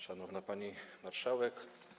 Szanowna Pani Marszałek!